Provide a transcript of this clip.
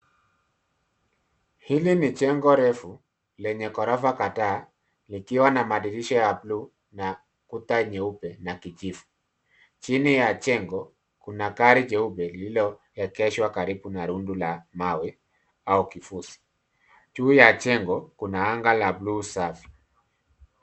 Hili ni jengo refu lenye gorofa kadhaa likiwa na madirisha ya buluu na kuta nyeupe na kijivu. Chini ya jengo kuna gari jeupe lililoegeshwa karibu na rundu la mawe au kifusi, juu ya jengo kuna anga la buluu safi.